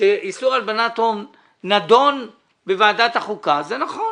שאיסור הלבנת הון נדון בוועדת החוקה, זה נכון.